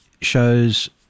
shows